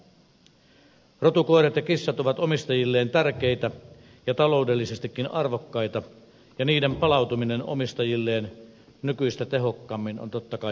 rotukoirat ja kissat ovat omistajilleen tärkeitä ja taloudellisestikin arvokkaita ja niiden palautuminen omistajilleen nykyistä tehokkaammin on totta kai tavoiteltavaa